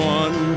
one